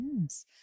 Yes